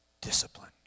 discipline